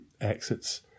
exits